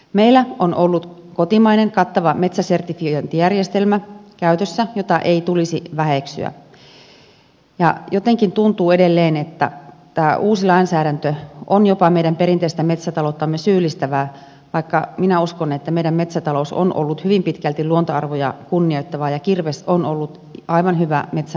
meillä on ollut käytössä kotimainen kattava metsäsertifiointijärjestelmä jota ei tulisi väheksyä ja jotenkin tuntuu edelleen että tämä uusi lainsäädäntö on jopa meidän perinteistä metsätalouttamme syyllistävä vaikka minä uskon että meidän metsätalous on ollut hyvin pitkälti luontoarvoja kunnioittavaa ja kirves on ollut aivan hyvä metsänhoitaja